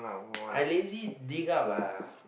I lazy dig up